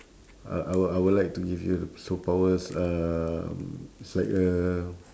uh I w~ I would like to give you the superpowers um it's like a